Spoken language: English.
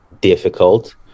difficult